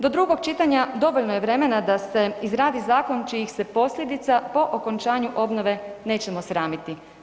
Do drugog čitanja dovoljno je vremena da se izradi zakon čijih se posljedica po okončanu obnove nećemo sramiti.